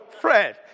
Fred